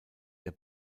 der